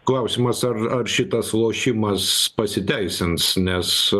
klausimas ar ar šitas lošimas pasiteisins nes